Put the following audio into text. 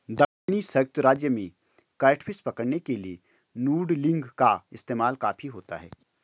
दक्षिणी संयुक्त राज्य में कैटफिश पकड़ने के लिए नूडलिंग का इस्तेमाल काफी होता है